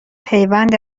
پیوند